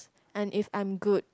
and if I'm good